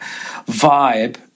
vibe